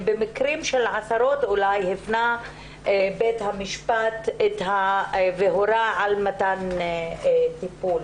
בעשרות בודדות של מקרים הפנה בית המשפט והורה על מתן טיפול.